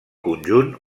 conjunt